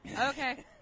Okay